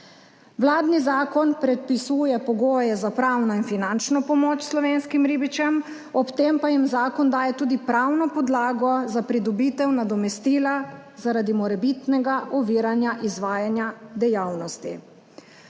Vladni zakon predpisuje pogoje za pravno in finančno pomoč slovenskim ribičem, ob tem pa jim zakon daje tudi pravno podlago za pridobitev nadomestila zaradi morebitnega oviranja izvajanja dejavnosti.